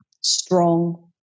strong